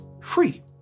free